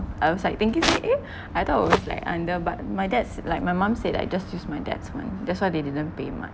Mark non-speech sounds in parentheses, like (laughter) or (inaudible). I was like thinking I say eh (breath) I thought I was like under but my dad's like my mum said that I just use my dad's [one] that's why they didn't pay mine